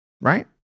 Right